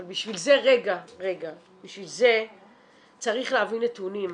אבל בשביל זה צריך להביא נתונים.